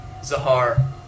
Zahar